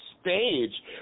stage